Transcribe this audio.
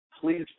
please